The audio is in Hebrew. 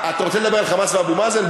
אתה רוצה לדבר על "חמאס" ואבו מאזן?